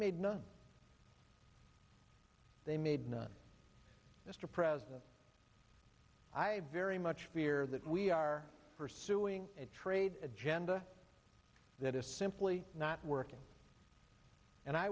made none they made none mr president i very much fear that we are pursuing a trade agenda that is simply not working and i